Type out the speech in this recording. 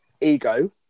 ego